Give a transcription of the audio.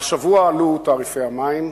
השבוע עלו תעריפי המים.